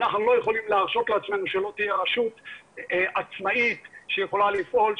כי אנחנו לא יכולים להרשות לעצמנו שלא תהיה רשות עצמאית שיכולה לפעול,